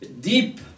deep